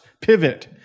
pivot